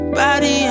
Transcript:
body